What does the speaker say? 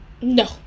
No